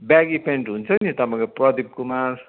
बेगी pant हुन्छ नि तपाईँको प्रदीप कुमार